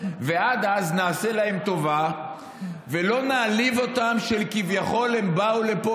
ועד אז נעשה להם טובה ולא נעליב אותם שכביכול הם באו לפה